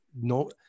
no